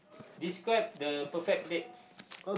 describe the perfect date